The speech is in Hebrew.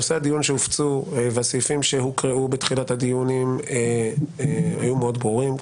נושאי הדיון שהופצו וסעיפים שהוקראו בתחילת הדיונים היו מאוד ברורים.